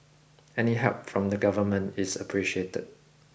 any help from the government is appreciated